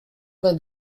vingt